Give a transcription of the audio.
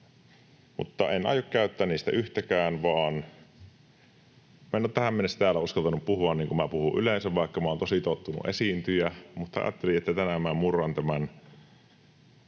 mutta en aio käyttää niistä yhtäkään. Minä en ole tähän mennessä täällä uskaltanut puhua, niin kuin minä puhun yleensä, vaikka minä olen tosi tottunut esiintyjä, mutta ajattelin, että tänään minä murran tämän